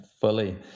fully